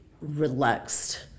relaxed